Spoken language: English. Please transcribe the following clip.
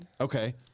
Okay